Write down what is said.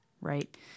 right